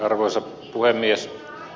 arvoisa puhemies